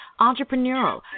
entrepreneurial